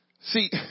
See